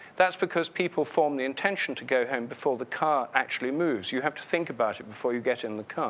that's because people form the intention to go home before the car actually moves, you have to think about it before you get in the